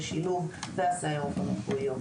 של סייעות שילוב וסייעות רפואיות.